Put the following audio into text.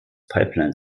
pipeline